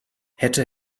hätte